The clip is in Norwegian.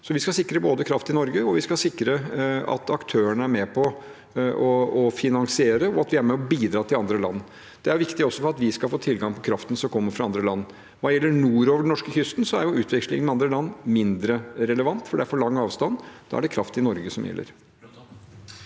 Så vi skal sikre både kraft i Norge, at aktørene er med på å finansiere, og at vi er med og bidrar til andre land. Det er viktig også for at vi skal få tilgang til kraften som kommer fra andre land. Hva gjelder nordover norskekysten, er utvekslingen med andre land mindre relevant, for det er for lang avstand. Da er det kraft i Norge som gjelder.